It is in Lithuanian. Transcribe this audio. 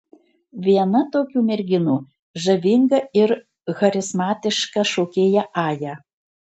viena tokių merginų žavinga ir charizmatiška šokėja aja